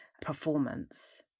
performance